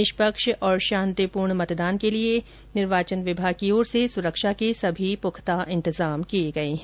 निष्पक्ष और शांतिपूर्ण मतदान के लिए निर्वाचन विभाग की ओर से सुरक्षा के सभी पुख्ता इंतजाम किये गये हैं